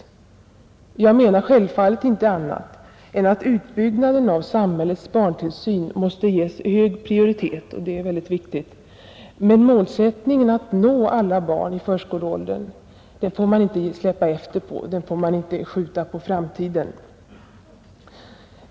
Självfallet avser jag inte annat än att utbyggnaden av samhällets barntillsyn måste ges hög prioritet — och det är väldigt viktigt — men målsättningen att nå alla barn i förskoleåldern, den får man inte släppa efter på, den får man inte skjuta på framtiden.